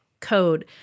code